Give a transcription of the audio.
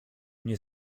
nie